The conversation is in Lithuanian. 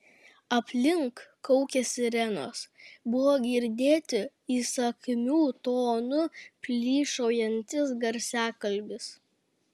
aplink kaukė sirenos buvo girdėti įsakmiu tonu plyšaujantis garsiakalbis